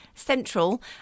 Central